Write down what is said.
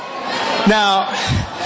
Now